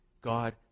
God